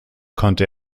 konnte